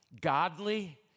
godly